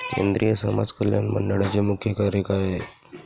केंद्रिय समाज कल्याण मंडळाचे मुख्य कार्य काय आहे?